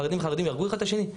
חרדים יהרגו אחד את השני?